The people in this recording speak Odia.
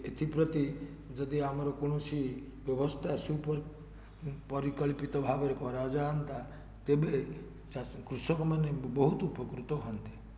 ଏଥିପ୍ରତି ଯଦି ଆମର କୋଣସି ବ୍ୟବସ୍ଥା ସୁ ପରିକଳ୍ପିତ ଭାବରେ କରାଯାଆନ୍ତା ତେବେ କୃଷକମାନେ ବହୁତ ଉପକୃତ ହୁଅନ୍ତେ